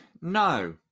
no